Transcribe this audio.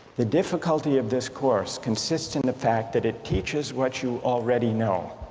the difficulty of this course consists in the fact that it teaches what you already know.